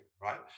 right